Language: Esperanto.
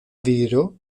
viro